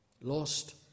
Lost